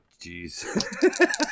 jeez